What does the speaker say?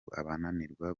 bananirwa